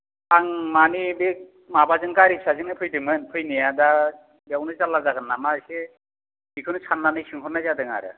आं मानि बे माबाजों गारि फिसाजोंनो फैदोंमोन फैनाया दा बेयावनो जाल्ला जागोन नामा एसे बेखौनो साननानै सोंहरनाय जादों आरो